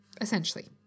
essentially